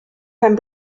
pen